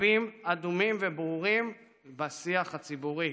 קווים אדומים וברורים בשיח הציבורי,